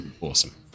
Awesome